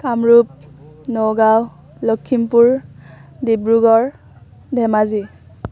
Kamrup Nagaon Lakhimpur Dibrugarh Dhemaji